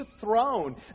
throne